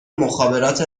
مخابرات